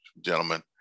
gentlemen